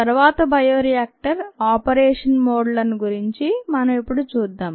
తరువాత bioreactor operation mode లను గురించి మనం ఇప్పుడు చూద్దాం